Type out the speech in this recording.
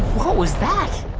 what was that?